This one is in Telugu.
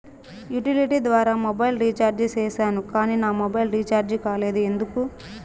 యుటిలిటీ ద్వారా మొబైల్ రీచార్జి సేసాను కానీ నా మొబైల్ రీచార్జి కాలేదు ఎందుకు?